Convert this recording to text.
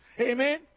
Amen